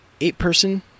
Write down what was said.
eight-person